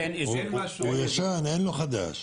הוא ישן, אין לו חדש.